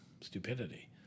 stupidity